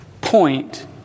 point